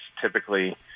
typically